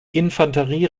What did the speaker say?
infanterie